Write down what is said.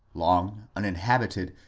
long uninhabited,